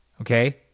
okay